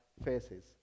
faces